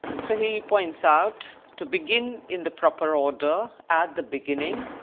so he points out to begin in the proper order, at the beginning.